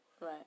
Right